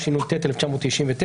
התשנ"ט 1999,